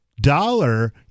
dollar